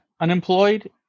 unemployed